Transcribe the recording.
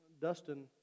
Dustin